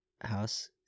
house